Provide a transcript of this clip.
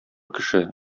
кеше